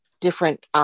different